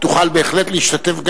ותוכל בהחלט להשתתף,